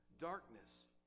darkness